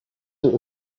too